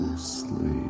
sleep